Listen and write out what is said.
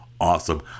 awesome